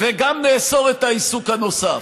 וגם נאסור את העיסוק הנוסף,